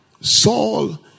Saul